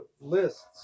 lists